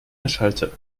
erschallte